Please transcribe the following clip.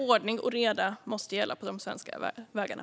Ordning och reda måste gälla på de svenska vägarna.